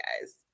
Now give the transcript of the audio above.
guys